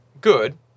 good